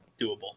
doable